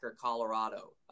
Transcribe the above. Colorado